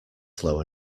slow